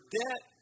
debt